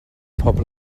pobl